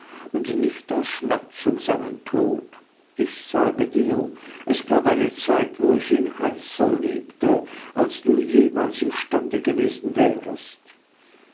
und nicht aus schmerz um seinen tod ich sage dir es gab eine zeit wo ich ihn heißer liebte als du jemals imstande gewesen wärest